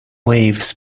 waves